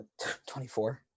24